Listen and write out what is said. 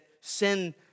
sin